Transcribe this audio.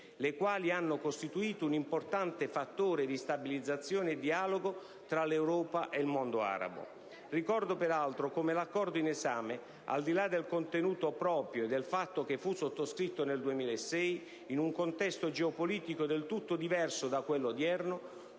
le quali hanno costituito un importante fattore di stabilizzazione e dialogo tra l'Europa e il mondo arabo. Ricordo peraltro come l'Accordo in esame, al di là del contenuto proprio e del fatto che fu sottoscritto nel 2006 in un contesto geopolitico del tutto diverso da quello odierno,